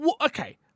okay